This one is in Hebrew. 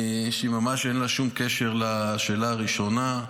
שממש אין לה שום קשר לשאלה הראשונה.